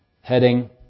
heading